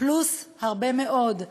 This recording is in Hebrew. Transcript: פלוס הרבה מאוד,